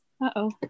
uh-oh